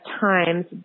times